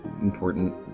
important